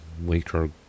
later